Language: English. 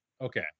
okay